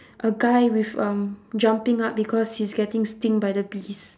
a guy with um jumping up because he's getting sting by the bees